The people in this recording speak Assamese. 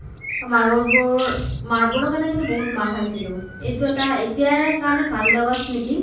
মাৰ্বলবোৰ মাৰ্বলৰ কাৰণে কিন্তু বহুত মাৰ খাইছিলো এইটো এটা এতিয়াৰ কাৰণে ভাল লগা স্মৃতি